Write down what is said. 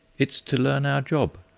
it's to learn our job.